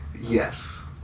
Yes